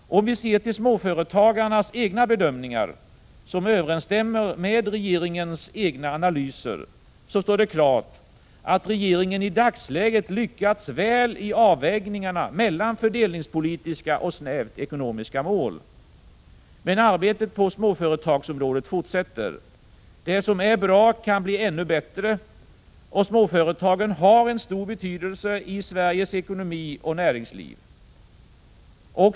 Om vi ser till småföretagarnas egna bedömningar, som överensstämmer med regeringens analyser, står det klart att regeringen i dagsläget lyckats väl i avvägningarna mellan fördelningspolitiska och snävt ekonomiska mål. Men arbetet på småföretagsområdet fortsätter. Det som är bra kan bli ännu bättre! Småföretagen har en stor betydelse i Sveriges ekonomi och näringsliv.